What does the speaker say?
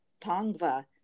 Tongva